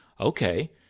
okay